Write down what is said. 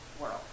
world